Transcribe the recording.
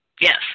Yes